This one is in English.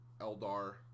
Eldar